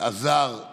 שעזר